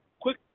Quick